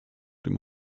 dem